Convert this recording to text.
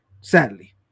sadly